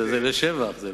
זה לשבח.